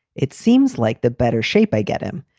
it seems like the better shape i get him,